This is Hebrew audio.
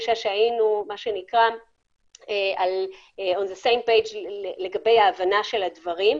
היינו באותו מקום לגבי ההבנה של הדברים.